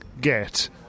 get